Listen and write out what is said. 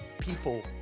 people